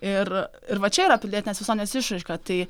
ir ir va čia yra pilietinės visuomenės išraiška tai